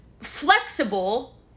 flexible